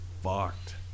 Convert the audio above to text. fucked